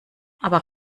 aber